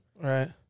Right